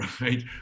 Right